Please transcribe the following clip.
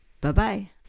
Bye-bye